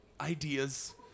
ideas